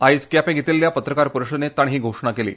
आयज केप्यां घेतिल्ल्या पत्रकार परिशदेंत तांणी ही घोशणा केली